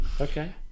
Okay